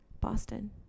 Boston